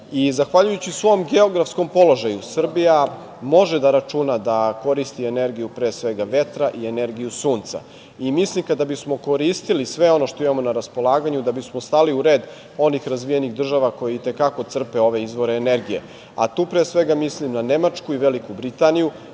kilovata. Zahvaljujući svom geografskom položaju, Srbija može da računa da koristi energiju pre svega vetra i energiju sunca. Mislim da bismo, kada bismo koristili sve ono što imamo na raspolaganju, stali u red onih razvijenih država koje i te kako crpe ove izvore energije, a tu pre svega mislim na Nemačku i Veliku Britaniju.